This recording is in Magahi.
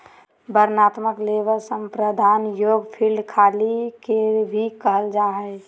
वर्णनात्मक लेबल संपादन योग्य फ़ील्ड खाली होला के भी कहल जा हइ